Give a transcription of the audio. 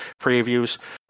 previews